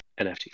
NFT